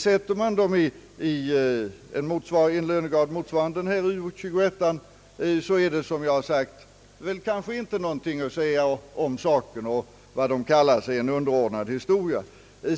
Sätter man dem i en lönegrad motsvarande Uo 21, är det som jag sagt kanske inte något att säga om saken, och jag kallar det en underordnad historia.